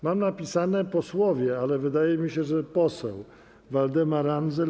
Mam napisane: posłowie, ale wydaje mi się, że poseł Waldemar Andzel.